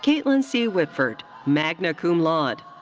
caitlyn c. whitford, magna cum laude.